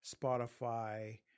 Spotify